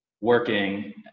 working